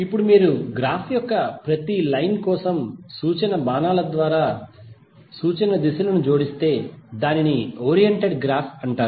ఇప్పుడు మీరు గ్రాఫ్ యొక్క ప్రతి లైన్ కోసం సూచన బాణాల ద్వారా సూచన దిశలను జోడిస్తే దానిని ఓరియంటెడ్ గ్రాఫ్ అంటారు